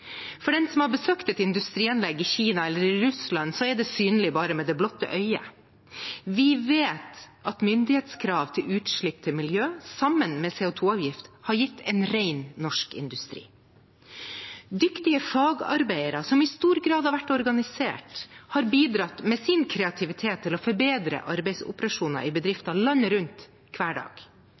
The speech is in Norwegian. For den som har besøkt et industrianlegg i Kina eller i Russland, er dette synlig bare med det blotte øye. Vi vet at myndighetskrav til utslipp til miljø, sammen med CO 2 -avgift, har gitt en ren norsk industri. Dyktige fagarbeidere, som i stor grad har vært organisert, har bidratt med sin kreativitet til å forbedre arbeidsoperasjoner i bedrifter landet rundt hver dag.